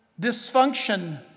dysfunction